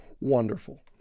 wonderful